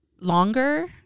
longer